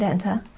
enter,